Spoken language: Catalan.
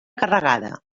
carregada